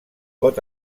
pot